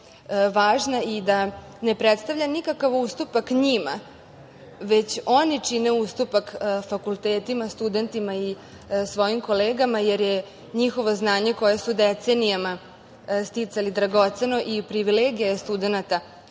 važna, i da ne predstavlja nikakav ustupak njima, već oni čine ustupak fakultetima, studentima i svojim kolegama, jer je njihovo znanje koje su decenijama sticali dragoceno i privilegija je studenata